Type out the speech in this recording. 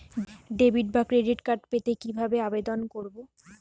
Debit বা credit card পেতে কি ভাবে আবেদন করব?